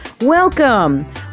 Welcome